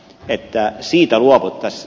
se ei käy